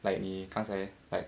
like 妳刚才 like